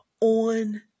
on